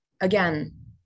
Again